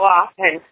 often